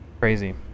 Crazy